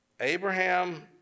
Abraham